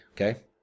okay